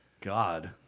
God